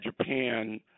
Japan